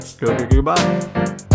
Goodbye